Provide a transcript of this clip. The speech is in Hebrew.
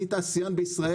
אני תעשיין בשיראל,